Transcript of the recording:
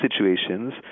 situations